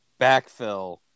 backfill